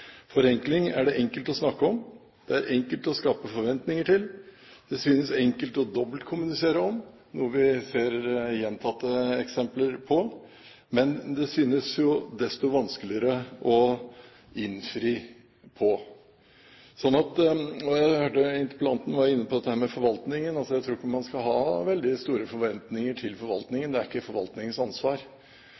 Forenkling er det enkelt å snakke om, det er enkelt å skape forventninger til, det synes enkelt å dobbeltkommunisere om, noe vi ser gjentatte eksempler på, men det synes desto vanskeligere å innfri på. Jeg hørte interpellanten var inne på dette med forvaltningen. Jeg tror ikke man skal ha veldig store forventninger til forvaltningen – det er ikke forvaltningens ansvar.